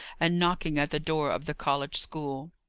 and knocking at the door of the college school.